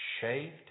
shaved